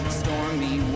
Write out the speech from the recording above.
stormy